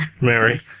Mary